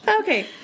Okay